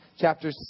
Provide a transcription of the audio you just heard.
Chapter